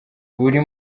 buri